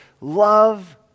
love